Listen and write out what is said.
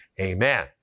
amen